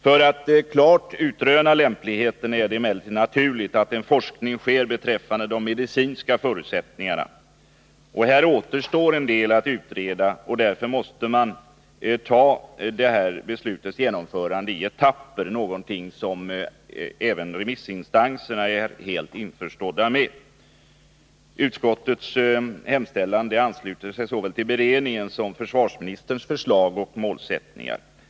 För att klart utröna lämpligheten är det emellertid naturligt att forskning sker beträffande de medicinska förutsättningarna. Här återstår en del att utreda, och därför måste beslutet genomföras i etapper, något som även remissinstanserna är helt införstådda med. Utskottets hemställan ansluter sig såväl till beredningens som till försvarsministerns förslag och målsättningar.